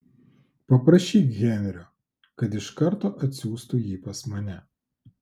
paprašyk henrio kad iš karto atsiųstų jį pas mane